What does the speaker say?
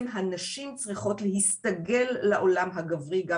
הנשים צריכות להסתגל לעולם הגברי גם